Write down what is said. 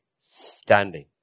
standing